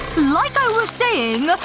like i was saying,